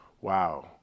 wow